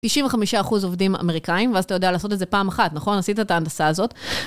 95 אחוז עובדים אמריקאים, ואז אתה יודע לעשות את זה פעם אחת, נכון? עשית את ההנדסה הזאת.